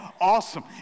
awesome